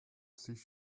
sich